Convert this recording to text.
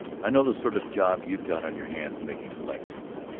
i know the sort of job you've got on your hands making collections.